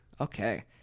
Okay